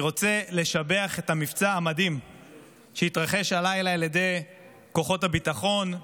אני רוצה לשבח את המבצע המדהים שהתרחש הלילה על ידי כוחות הביטחון,